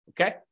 okay